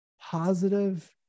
positive